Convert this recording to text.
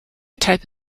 type